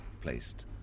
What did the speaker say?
placed